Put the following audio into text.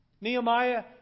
Nehemiah